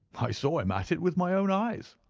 i saw him at it with my own eyes.